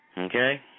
Okay